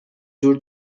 جور